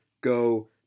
go